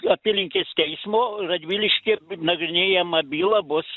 apylinkės teismo radvilišky nagrinėjama byla bus